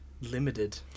limited